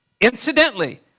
incidentally